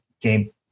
game